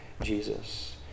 Jesus